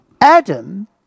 Adam